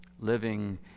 living